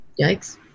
yikes